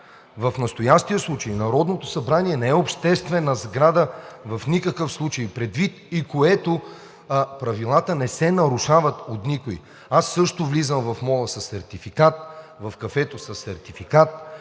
В настоящия случай Народното събрание не е обществена сграда в никакъв случай, предвид което правилата не се нарушават от никого. Аз също влизам в мола със сертификат, в кафето със сертификат